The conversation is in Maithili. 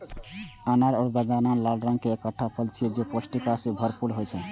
अनार या बेदाना लाल रंग के एकटा फल छियै, जे पौष्टिकता सं भरपूर होइ छै